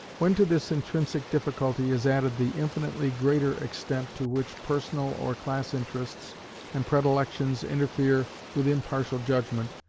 when to this intrinsic difficulty is added the infinitely greater extent to which personal or class interests and predilections interfere with impartial judgment,